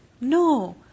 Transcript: No